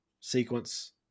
sequence